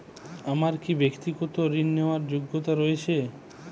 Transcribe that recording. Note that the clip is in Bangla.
আমার কী ব্যাক্তিগত ঋণ নেওয়ার যোগ্যতা রয়েছে?